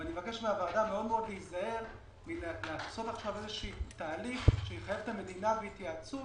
אני מבקש מהוועדה להיזהר לעצור תהליך שיחייב את המדינה בהתייעצות